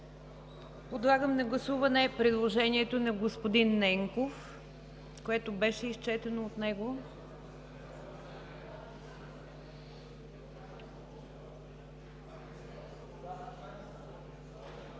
Подлагам на гласуване предложението на господин Ненков, което беше изчетено от него.